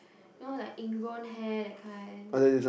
you know like in grown hair that kind